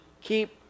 keep